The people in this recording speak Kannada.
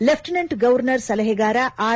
ಲೆಫ್ಟಿನೆಂಟ್ ಗೌರ್ತರ್ ಸಲಹೆಗಾರ ಆರ್